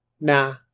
nah